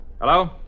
Hello